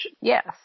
Yes